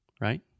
right